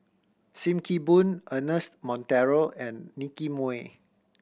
Sim Kee Boon Ernest Monteiro and Nicky Moey